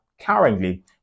currently